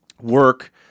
work